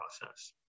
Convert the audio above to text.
process